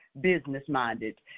business-minded